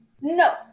no